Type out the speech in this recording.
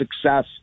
success